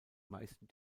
meisten